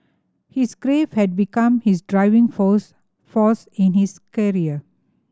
his grief had become his driving force force in his career